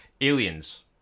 aliens